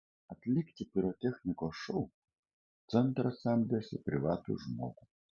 atlikti pirotechnikos šou centras samdėsi privatų žmogų